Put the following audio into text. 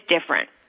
different